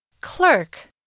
Clerk